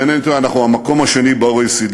אם אינני טועה, אנחנו המקום השני ב-OECD.